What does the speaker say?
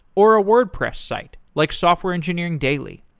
or a wordpress site, like software engineering daily.